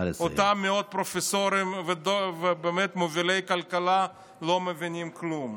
אותם מאות פרופסורים ובאמת מובילי כלכלה לא מבינים כלום.